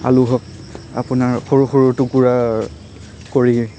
আলু হওক আপোনাৰ সৰু সৰু টুকুৰা কৰি